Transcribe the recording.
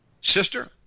Sister